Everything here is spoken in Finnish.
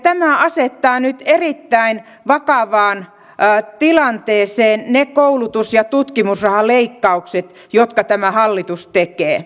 tämä asettaa nyt erittäin vakavaan tilanteeseen ne koulutus ja tutkimusrahaleikkaukset jotka tämä hallitus tekee